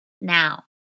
Now